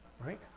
Right